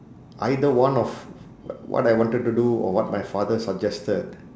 either one of w~ what I wanted to do or what my father suggested